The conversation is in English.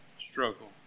struggle